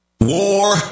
War